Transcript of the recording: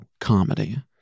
comedy